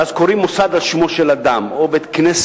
ואז קוראים מוסד על שמו של אדם או בית-כנסת,